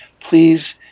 Please